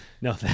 No